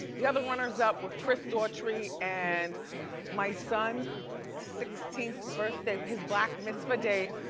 the other runners up were chris daughtry and my sons sixteenth birthday his black mitzvah day,